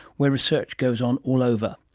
where research goes on all over.